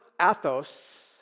Athos